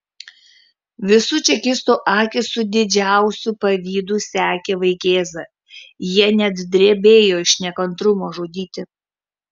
visų čekistų akys su didžiausiu pavydu sekė vaikėzą jie net drebėjo iš nekantrumo žudyti